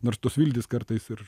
nors tos viltys kartais ir